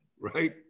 right